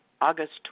August